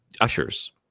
ushers